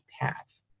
path